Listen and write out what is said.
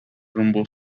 rumbo